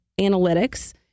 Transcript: Analytics